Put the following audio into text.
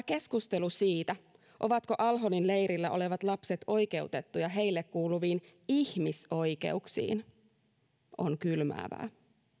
keskustelu siitä ovatko al holin leirillä olevat lapset oikeutettuja heille kuuluviin ihmisoikeuksiin on kylmäävää